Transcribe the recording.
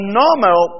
normal